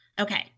Okay